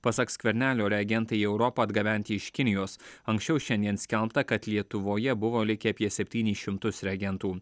pasak skvernelio reagentai į europą atgabenti iš kinijos anksčiau šiandien skelbta kad lietuvoje buvo likę apie septynis šimtus reagentų